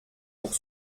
pour